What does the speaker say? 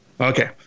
okay